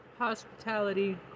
Hospitality